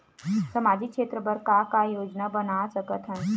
सामाजिक क्षेत्र बर का का योजना बना सकत हन?